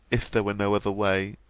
if there were no other way,